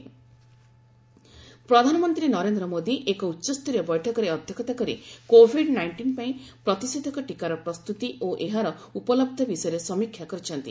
PM ହାଇଲେବ୍ଲ୍ meeting ପ୍ରଧାନମନ୍ତ୍ରୀ ନରେନ୍ଦ୍ର ମୋଦୀ ଏକ ଉଚ୍ଚସ୍ତରୀୟ ବୈଠକରେ ଅଧ୍ୟକ୍ଷତା କରି କୋଭିଡ୍ ନାଇଷ୍ଟିନ୍ ପାଇଁ ପ୍ରତିଷେଧକ ଟିକାର ପ୍ରସ୍ତୁତି ଓ ଏହାର ଉପଲବ୍ଧ ବିଷୟରେ ସମୀକ୍ଷା କରିଛନ୍ତି